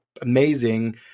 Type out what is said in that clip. amazing